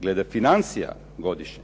glede financije godišnje